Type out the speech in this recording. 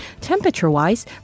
Temperature-wise